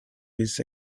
his